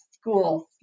school